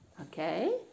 Okay